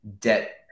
debt